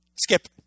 Skip